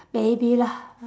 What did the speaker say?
maybe lah